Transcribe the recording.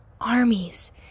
armies